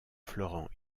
florent